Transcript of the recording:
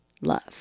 love